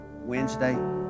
wednesday